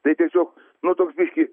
tai tiesiog nu toks biški